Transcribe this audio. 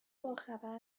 باخبر